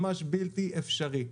ממש בלתי אפשרי.